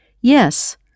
yes